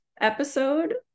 episode